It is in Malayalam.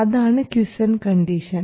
അതാണ് ക്വിസൻറ് കണ്ടീഷൻ